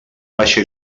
baixa